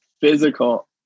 physical